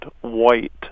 white